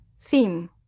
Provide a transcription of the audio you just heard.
theme